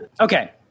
Okay